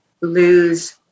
lose